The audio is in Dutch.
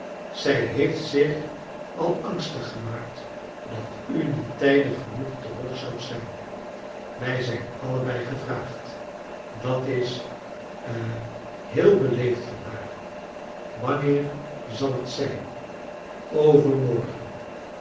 zij heeft zicli al angstig gemaakt dat u niet tijdig genoeg terug zoudt zijn wij zijn allebei gevraagd dat is ha heel beleefd van haar wanneer zal het zijn overmorgen